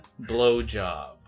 blowjob